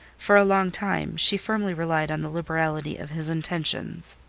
for a long time, she firmly relied on the liberality of his intentions.